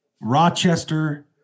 Rochester